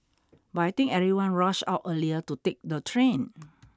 but I think everyone rushed out earlier to take the train